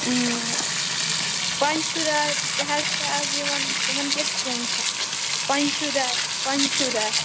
پَنچھوٗدار تہِ حظ چھِ اَز یِوان تِمَن کیٛاہ چھُ قیمتھا پَنچھوٗدار پَنچھوٗدار